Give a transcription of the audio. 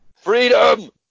Freedom